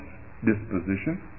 disposition